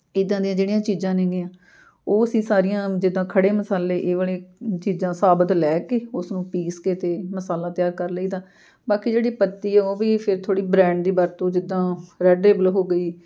ਇੱਦਾਂ ਦੀਆਂ ਜਿਹੜੀਆਂ ਚੀਜ਼ਾਂ ਨੇਗੀਆਂ ਉਹ ਅਸੀਂ ਸਾਰੀਆਂ ਜਿੱਦਾਂ ਖੜੇ ਮਸਾਲੇ ਇਹ ਵਾਲੇ ਚੀਜ਼ਾਂ ਸਾਬਤ ਲੈ ਕੇ ਉਸਨੂੰ ਪੀਸ ਕੇ ਅਤੇ ਮਸਾਲਾ ਤਿਆਰ ਕਰ ਲਈਦਾ ਬਾਕੀ ਜਿਹੜੀ ਪੱਤੀ ਆ ਉਹ ਵੀ ਫਿਰ ਥੋੜ੍ਹੀ ਬ੍ਰਾਂਡ ਦੀ ਵਰਤੋਂ ਜਿੱਦਾਂ ਰੈੱਡ ਲੇਬਲ ਹੋ ਗਈ